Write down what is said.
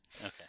Okay